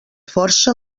força